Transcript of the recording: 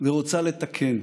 ורוצה לתקן,